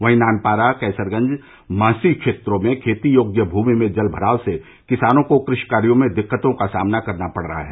वहीं नानपारा कैसरगंज महसी क्षेत्रों में खेती योग्य भूमि में जलभराव से किसानों को कृशि कार्यो में दिक्कतों का सामना करना पड़ रहा है